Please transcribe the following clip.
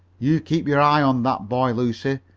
you keep your eye on that boy, lucy.